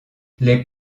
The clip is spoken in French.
les